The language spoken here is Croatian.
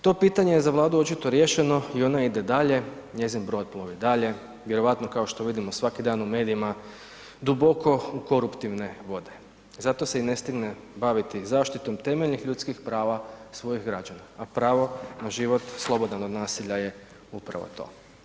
To pitanje je za Vladu očito riješeno i ono ide dalje, njezin brod plovi dalje, vjerojatno kao što vidimo svaki dan u medijima duboko u koruptivne vode zato se i ne stigne baviti zaštitom temeljnih ljudskih prava svojih građana a pravo na život slobodan od nasilja je upravo to.